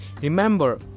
remember